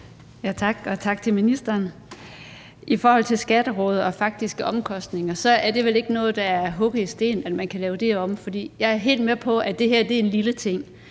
Tak, og tak til ministeren. I forhold til Skatterådet og de faktiske omkostninger er det vel ikke noget, der er hugget i sten, altså at man ikke kan lave det om. For jeg er helt med på, at det her er en lille ting,